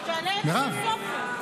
מירב,